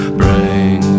bring